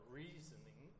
reasoning